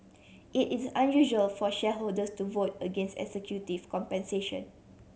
it is unusual for shareholders to vote against executive compensation